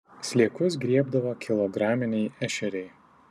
sliekus griebdavo kilograminiai ešeriai